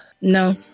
No